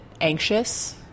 anxious